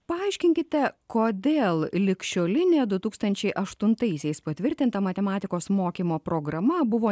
paaiškinkite kodėl ligšiolinė du tūkstančiai aštuntaisiais patvirtinta matematikos mokymo programa buvo